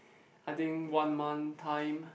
I think one month time